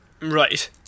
Right